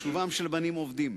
שובם של בנים אובדים: